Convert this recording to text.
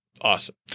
Awesome